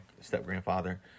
step-grandfather